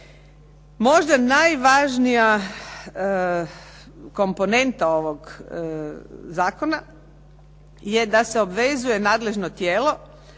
Možda najvažnije komponenta ovog zakona je da se obvezuje nadležno tijelo